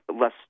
less